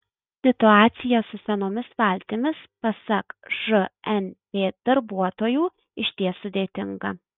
situacija su senomis valtimis pasak žnp darbuotojų išties sudėtinga